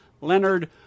Leonard